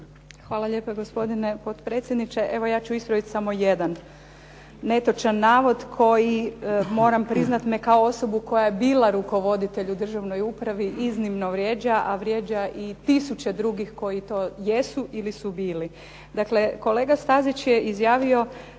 Hvala lijepa, gospodine potpredsjedniče. Evo, ja ću ispravit samo jedan netočan navod koji moram priznat me kao osobu koja je bila rukovoditelj u državnoj upravi iznimno vrijeđa, a vrijeđa i tisuće drugih koji to jesu ili su bili.